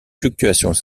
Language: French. fluctuations